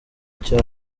cya